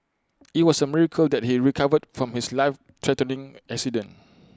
IT was A miracle that he recovered from his life threatening accident